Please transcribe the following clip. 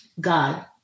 God